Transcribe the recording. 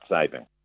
saving